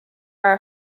are